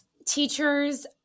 teachers